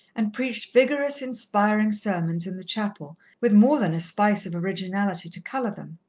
and preached vigorous, inspiring sermons in the chapel, with more than a spice of originality to colour them.